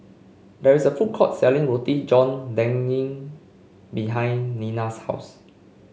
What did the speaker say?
there is a food court selling Roti John Daging behind Nina's house